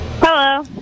Hello